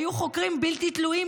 היו חוקרים בלתי תלויים,